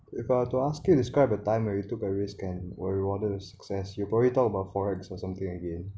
if I were to ask you describe a time where you took a risk and were rewarded a success you probably talk about forex or something again